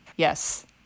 Yes